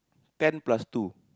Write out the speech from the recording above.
ten plus two